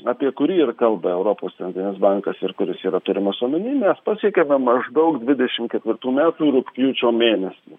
apie kurį ir kalba europos centrinis bankas ir kuris yra turimas omeny mes pasiekėme maždaug dvidešim ketvirtų metų rugpjūčio mėnesį